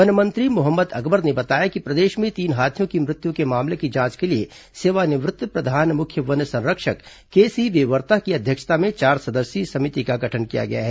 one मंत्री मोहम्मद अकबर ने बताया कि प्रदेश में तीन हाथियों की मृत्यु के मामले की जांच के लिए सेवानिवृत्त प्रधान मुख्य वन संरक्षक केसी बेवर्ता की अध्यक्षता में चार सदस्यीय समिति का गठन किया गया है